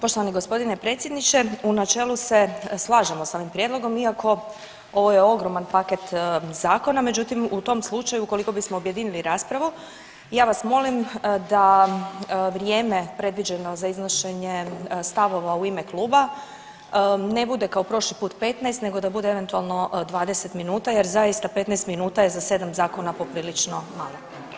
Poštovani gospodine predsjedniče u načelu se slažemo s ovim prijedlogom iako ovo je ogroman paket zakona, međutim u tom slučaju ukoliko bismo objedinili raspravu ja vas molim da vrijeme predviđeno za iznošenje stavova u ime kluba ne bude kao prošli put 15 nego da bude eventualno 20 minuta jer zaista 15 minuta je za 7 zakona poprilično malo.